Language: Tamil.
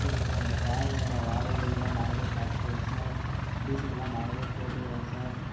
திரும்பவும் அந்த காரோட வாடகை எல்லாம் நாங்களே பார்த்துக்கறோம் சார் டீசல்லாம் நாங்களே போட்டுக்கிறோம் சார்